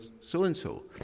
so-and-so